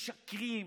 משקרים.